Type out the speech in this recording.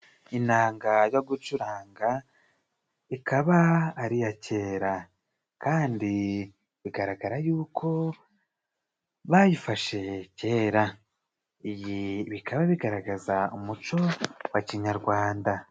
Inanga yo gucuranga ikaba ari iya kera kandi bigaragara yuko bayifashe kera. Iyi bikaba bigaragaza umuco wa kinyarwanda.